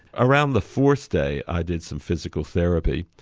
around the fourth day i did some physical therapy,